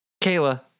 Kayla